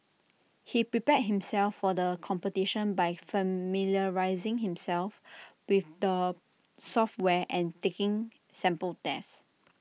he prepared himself for the competition by familiarising himself with the software and taking sample tests